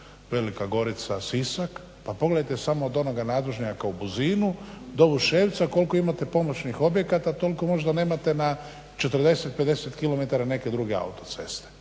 Zagreb-Velika Gorica-Sisak, pa pogledajte samo od onoga nadvožnjaka u Buzinu, do Vuševca koliko imate pomoćnih objekata toliko možda nemate na 40, 50 kilometara neke druge autoceste.